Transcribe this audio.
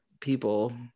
people